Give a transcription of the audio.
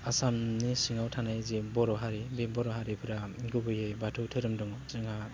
आसामनि सिङाव थानाय जे बर' हारि बे बर' हारिफ्रा गुबैयै बाथौ धोरोम दङ जोंहा